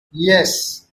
yes